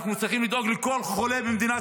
אנחנו צריכים לדאוג לכל חולה במדינת